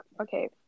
okay